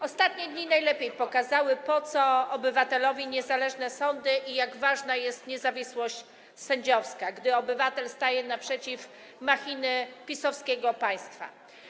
Ostatnie dni najlepiej pokazały, po co obywatelowi niezależne sądy i jak ważna jest niezawisłość sędziowska, gdy obywatel staje naprzeciw machiny PiS-owskiego państwa.